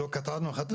קטענו אחד את השני.